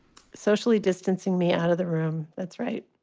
socially distancing me out of the room. that's right.